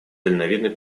дальновидный